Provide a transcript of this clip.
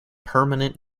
permanent